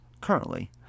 currently